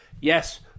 Yes